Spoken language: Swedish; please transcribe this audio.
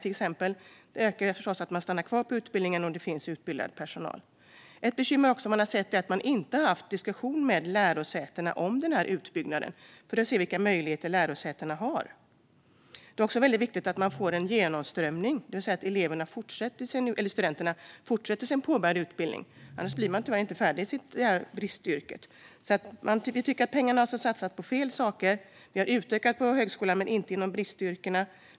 Att det finns utbildad personal ökar chansen att man stannar kvar på en utbildning. Ett annat bekymmer är att man inte har fört en diskussion med lärosätena om den här utbyggnaden för att se vilka möjligheter lärosätena har. Det är också viktigt att man får genomströmning, det vill säga att studenterna fullföljer sin påbörjade utbildning. Annars blir de tyvärr inte färdigutbildade för bristyrkena. Vi tycker att pengarna har satsats på fel saker. Man har byggt ut utbildningen på högskolan men inte inom bristyrkena.